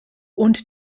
und